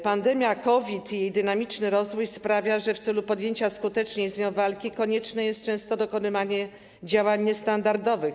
Pandemia COVID i jej dynamiczny rozwój sprawiają, że w celu podjęcia skutecznej z nią walki konieczne jest często dokonywanie działań niestandardowych.